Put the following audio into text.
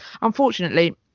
Unfortunately